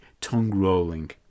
tongue-rolling